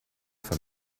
von